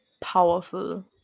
powerful